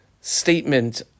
statement